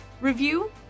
review